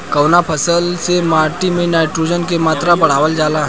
कवना फसल से माटी में नाइट्रोजन के मात्रा बढ़ावल जाला?